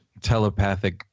telepathic